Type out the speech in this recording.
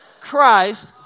Christ